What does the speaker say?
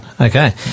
Okay